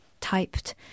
typed